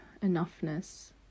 enoughness